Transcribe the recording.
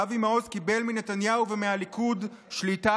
אבי מעוז קיבל מנתניהו ומהליכוד שליטה